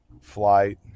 flight